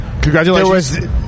Congratulations